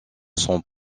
sont